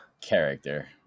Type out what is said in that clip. character